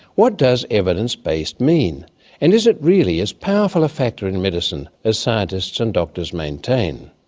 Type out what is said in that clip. what does evidence-based mean and is it really as powerful a factor in medicine as scientists and doctors maintain?